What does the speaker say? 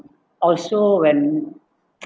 also when